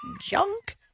junk